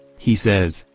he says,